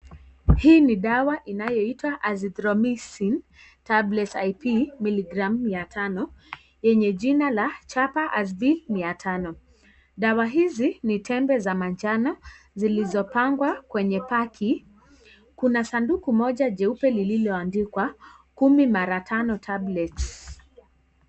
Hii ni dawa inayoitwa erythromycin tablets IP 500mg yenye jina la chapa RB, mia tano. Dawa hizi ni tembe za manjano zilizopangwa kwenye paki. Kuna sanduku moja jeupe lililoandkwa kumi mara tano tablets